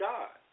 God